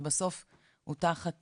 בסוף הוא תחת